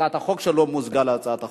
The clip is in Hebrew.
הצעת החוק שלו מוזגה עם הצעת החוק.